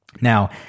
Now